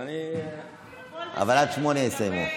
אבל עד 08:00 יסיימו.